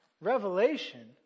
revelation